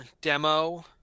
demo